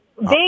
Big